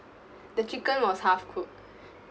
the chicken was half cooked